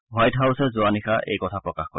white হাউছে যোৱা নিশা এই কথা প্ৰকাশ কৰে